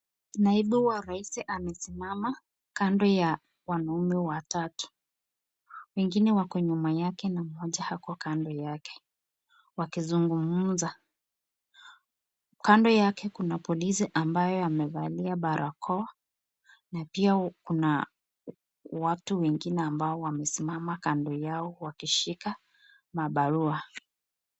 Naibu wa raisi amesimama kando ya wanaume watatu. Wengine wako nyuma yake na mmoja ako kando yake wakizungumza. Kando yake kuna polisi ambaye amevalia barakoa na pia kuna watu wengine ambao wamesimama kando yao wakishika mabarua.